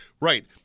Right